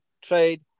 trade